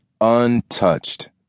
untouched